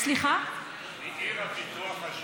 מעיר הפיתוח אשדוד.